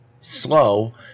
slow